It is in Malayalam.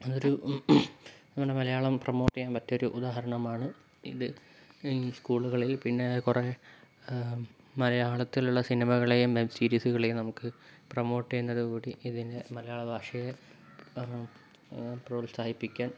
ഒരു അങ്ങനെ മലയാളം പ്രമോട്ട് ചെയ്യാൻ പറ്റിയൊരു ഉദാഹരണമാണ് ഇത് ഈ സ്കൂളുകളിൽ പിന്നെ കുറെ മലയാളത്തിലുള്ള സിനിമകളെയും വെബ് സീരീസുകളെയും നമുക്ക് പ്രൊമോട്ട് ചെയ്യുന്നത് കൂടി ഇതിന് മലയാള ഭാഷയെ പ്രോത്സാഹിപ്പിക്കാൻ